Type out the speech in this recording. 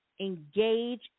engage